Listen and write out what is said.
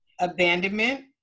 abandonment